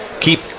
keep